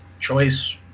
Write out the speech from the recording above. choice